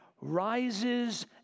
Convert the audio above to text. rises